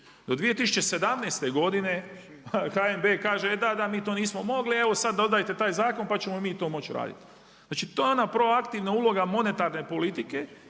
do 2017. godine HNB kaže da, da mi to nismo mogli, evo sad dodajte taj zakon pa ćemo mi to moći raditi. Znači to je ona proaktivna uloga monetarne politike